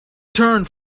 turned